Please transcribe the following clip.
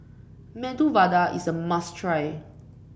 Medu Vada is a must try